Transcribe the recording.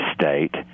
state